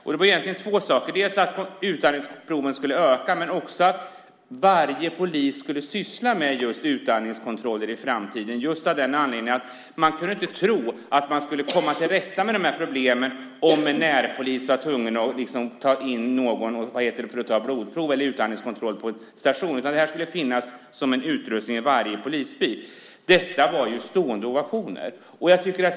Det gällde egentligen två saker: dels att utandningsproven skulle utökas, dels att varje polis i framtiden skulle syssla med just utandningskontroller därför att man inte kunde tro att man skulle komma till rätta med de här problemen om en närpolis var tvungen att ta in en person för blodprov eller utandningskontroll på en polisstation. Den här utrustningen skulle i stället finnas i varje polisbil. För detta var det stående ovationer.